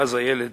ואז הילד